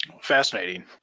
fascinating